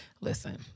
Listen